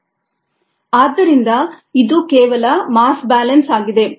Et V E V ES V ಆದ್ದರಿಂದ ಇದು ಕೇವಲ ಮಾಸ್ ಬ್ಯಾಲೆನ್ಸ್ ಆಗಿದೆ